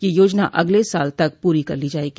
यह योजना अगले साल तक पूरी कर ली जायेगी